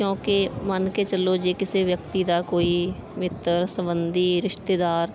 ਕਿਉਂਕਿ ਮੰਨ ਕੇ ਚੱਲੋ ਜੇ ਕਿਸੇ ਵਿਅਕਤੀ ਦਾ ਕੋਈ ਮਿੱਤਰ ਸਬੰਧੀ ਰਿਸ਼ਤੇਦਾਰ